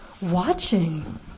watching